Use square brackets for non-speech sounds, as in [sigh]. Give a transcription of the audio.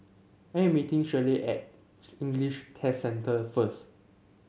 I'm meeting Shellie at [noise] English Test Centre first